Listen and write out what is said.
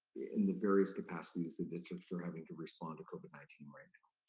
in the various capacities the districts are having to respond to covid nineteen right